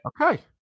Okay